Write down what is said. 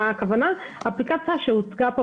הכוונה היא שהאפליקציה שהוצגה פה,